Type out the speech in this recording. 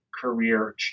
career